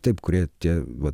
taip kurie tie vat